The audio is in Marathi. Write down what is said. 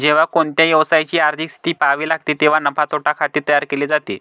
जेव्हा कोणत्याही व्यवसायाची आर्थिक स्थिती पहावी लागते तेव्हा नफा तोटा खाते तयार केले जाते